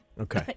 Okay